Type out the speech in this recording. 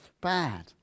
bad